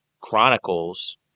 chronicles